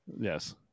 Yes